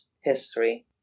history